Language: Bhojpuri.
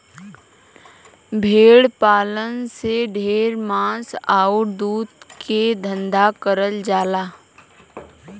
भेड़ पालन से ढेर मांस आउर दूध के धंधा करल जाला